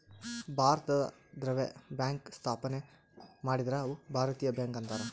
ಭಾರತದವ್ರೆ bank ಸ್ಥಾಪನೆ ಮಾಡಿದ್ರ ಅವು ಭಾರತೀಯ ಬ್ಯಾಂಕ್ ಅಂತಾರ